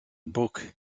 book